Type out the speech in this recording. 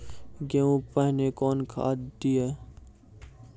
गेहूँ पहने कौन खाद दिए?